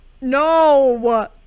No